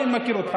אני מכיר אותך,